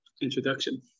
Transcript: introduction